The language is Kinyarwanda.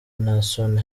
naason